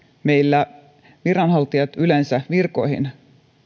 meillä viranhaltijat yleensä virkoihin